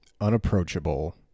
unapproachable